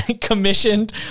commissioned